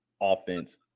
offense